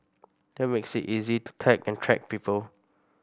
that makes it easy to tag and track people